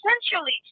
essentially